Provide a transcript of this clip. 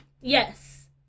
yes